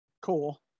cool